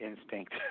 instinct